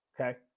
okay